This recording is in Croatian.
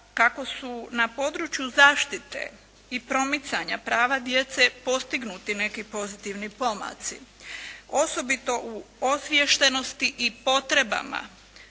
kako su na području zaštite i promicanja prava djece postignuti neki pozitivni pomaci, osobito u osviještenosti i potrebama